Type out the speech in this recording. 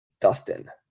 Dustin